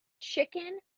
chicken